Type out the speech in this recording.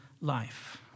life